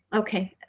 okay.